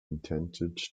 intended